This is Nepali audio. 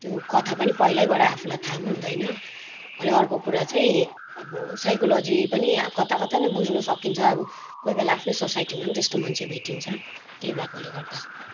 त्यो कथा पनि पहिल्यैबाट आफूलाई थाहा पनि हुँदैन अनि अर्को कुरा चाहिँ अब साइकोलोजी पनि कता कता नै बुझ्नु सकिन्छ कोही बेला आफ्नै सोसाइटीमा पनि त्यस्तो मान्छे भेटिन्छ त्यही भएकोले गर्दा